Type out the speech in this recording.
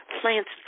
plants